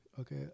Okay